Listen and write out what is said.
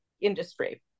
industry